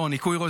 ניקוי ראש.